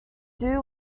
doo